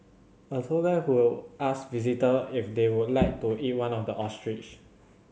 a tour guide who will asked visitor if they would like to eat one of the ostriches